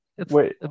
wait